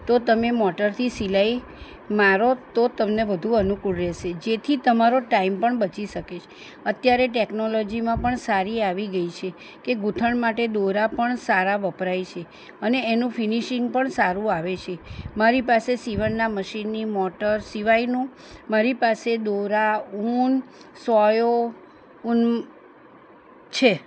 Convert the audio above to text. તો તમે મોટરથી સિલાઈ મારો તો તમને વધુ અનુકૂળ રહેશે જેથી તમારો ટાઈમ પણ બચી શકે છે અત્યારે ટેકનોલોજીમાં પણ સારી આવી ગઈ છે કે ગૂંથણ માટે દોરા પણ સારા વપરાય છે અને એનું ફિનિશિંગ પણ સારું આવે છે મારી પાસે સીવણના મશીનની મોટર સિવાઈનું મારી પાસે દોરા ઉન સોયો ઉન છે